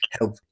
help